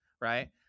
right